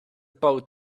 boat